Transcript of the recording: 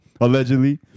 allegedly